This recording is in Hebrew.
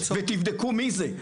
ותבדקו מי זה.